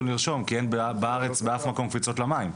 לרשום כי אין בארץ באף מקום קפיצות למים.